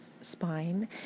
spine